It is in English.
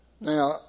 Now